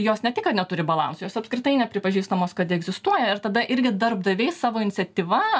jos ne tik ka neturi balanso jos apskritai nepripažįstamos kad egzistuoja ir tada irgi darbdaviai savo iniciatyva